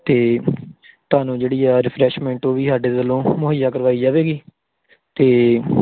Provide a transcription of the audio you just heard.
ਅਤੇ ਤੁਹਾਨੂੰ ਜਿਹੜੀ ਆ ਰਿਫਰੈਸ਼ਮੈਂਟ ਉਹ ਵੀ ਸਾਡੇ ਵੱਲੋਂ ਮੁਹੱਈਆ ਕਰਵਾਈ ਜਾਵੇਗੀ ਅਤੇ